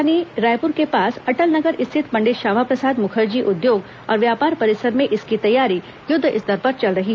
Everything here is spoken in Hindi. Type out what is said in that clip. राजधानी रायपुर के पास अटल नगर स्थित पंडित श्यामा प्रसाद मुखर्जी उद्योग और व्यापार परिसर में इसकी तैयारी युद्ध स्तर पर चल रही है